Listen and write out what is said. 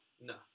No